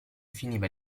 finiva